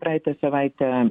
praeitą savaitę